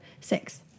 six